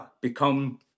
become